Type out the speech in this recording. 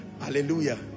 hallelujah